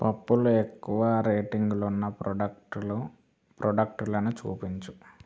పప్పుల్లో ఎక్కువ రేటింగులు ఉన్న ప్రోడక్టులు ప్రోడక్టులను చూపించు